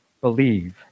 believe